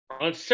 On